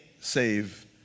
save